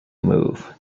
move